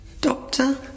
Doctor